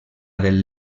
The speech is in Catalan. del